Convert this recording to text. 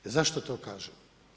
Zašto to kažem?